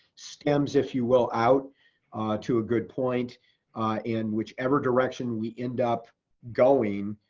stems if you will out to a good point in whichever direction we end up going,